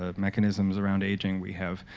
ah mechanisms around aging. we have